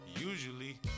usually